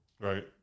Right